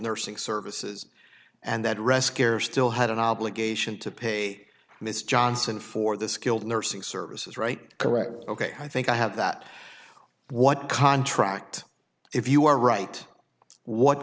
nursing services and that rescuers still had an obligation to pay mr johnson for the skilled nursing services right correct ok i think i have that what contract if you are right what